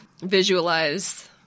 visualize